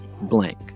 blank